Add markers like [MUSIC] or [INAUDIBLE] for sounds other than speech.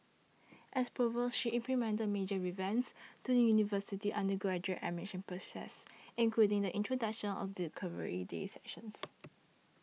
as provost she implemented major revamps to the university's undergraduate admission process including the introduction of the Discovery Day sessions [NOISE]